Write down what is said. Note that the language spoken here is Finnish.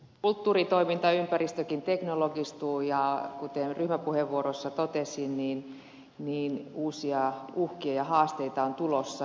kulttuuritoimintaympäristökin teknologistuu ja kuten ryhmäpuheenvuorossa totesin niin uusia uhkia ja haasteita on tulossa